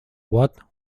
what